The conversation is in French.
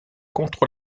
contre